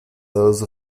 those